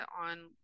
on